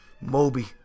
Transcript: Moby